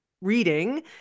reading